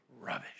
rubbish